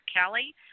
Kelly